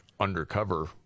undercover